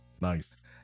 Nice